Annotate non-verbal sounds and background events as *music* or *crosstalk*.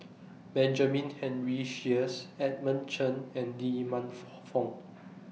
Benjamin Henry Sheares Edmund Cheng and Lee Man *unintelligible* Fong